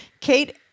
Kate